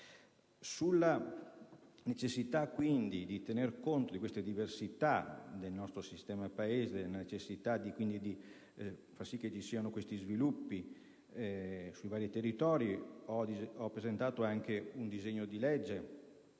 Sulla necessità, quindi, di tener conto di queste diversità del nostro sistema Paese e sulla necessità di far sì che vi siano questi sviluppi sui vari territori ho presentato anche un disegno di legge